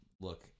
look